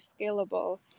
scalable